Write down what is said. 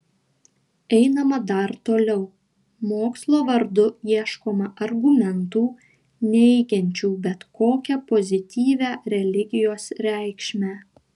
einama dar toliau mokslo vardu ieškoma argumentų neigiančių bet kokią pozityvią religijos reikšmę